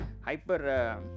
hyper